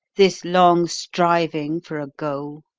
this long striving for a goal?